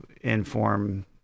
inform